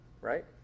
right